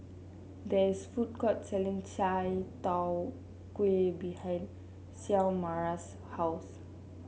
there is a food court selling Chai Tow Kuay behind Xiomara's house